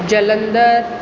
Jalandhar